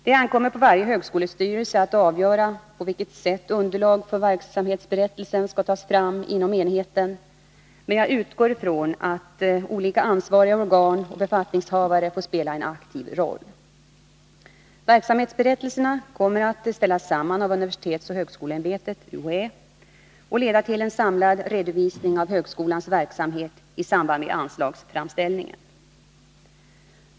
Det ankommer på varje högskolestyrelse att avgöra på vilket sätt underlag för verksamhetsberättelsen skall tas fram inom enheten, men jag utgår från att olika ansvariga organ och befattningshavare får spela en aktiv roll. Verksamhetsberättelserna kommer att ställas samman av universitetsoch högskoleämbetet och leda till en samlad redovisning av högskölans verksamhet i samband med anslagsframställningen.